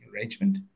arrangement